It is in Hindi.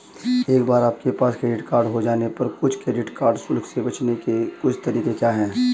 एक बार आपके पास क्रेडिट कार्ड हो जाने पर कुछ क्रेडिट कार्ड शुल्क से बचने के कुछ तरीके क्या हैं?